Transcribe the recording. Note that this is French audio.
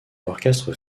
l’orchestre